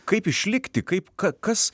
kaip išlikti kaip ka kas